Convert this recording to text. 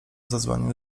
zadzwonił